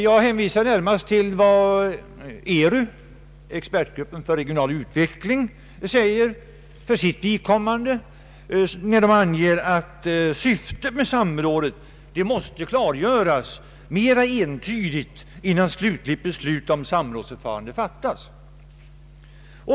Jag hänvisar närmast till vad ERU, expertgruppen för regional utveckling, säger för sitt vidkommande, när den anger att syftet med samrådet måste klargöras mer entydigt, innan slutligt beslut om samrådsförfarande fattas.